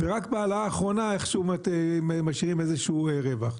ורק בהעלאה האחרונה איכשהו משאירים איזשהו רווח.